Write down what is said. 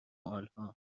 آنها